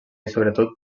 sobretot